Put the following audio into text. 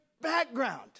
background